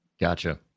Gotcha